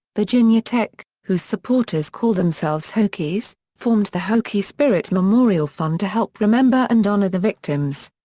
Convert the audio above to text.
virginia tech, whose supporters call themselves hokies, formed the hokie spirit memorial fund to help remember and honor the victims.